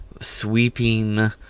Sweeping